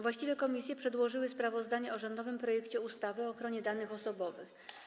Właściwe komisje przedłożyły sprawozdanie o rządowym projekcie ustawy o ochronie danych osobowych.